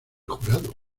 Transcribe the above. jurado